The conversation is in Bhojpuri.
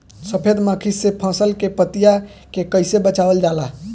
सफेद मक्खी से फसल के पतिया के कइसे बचावल जाला?